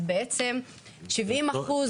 אז בעצם שבעים אחוז,